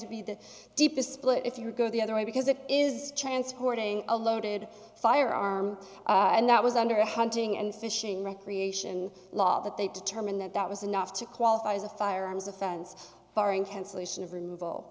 would be the deepest split if you go the other way because it is transporting a loaded firearm and that was under a hunting and fishing recreation law that they determined that that was enough to qualify as a firearms offense barring cancellation of remov